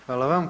Hvala vam.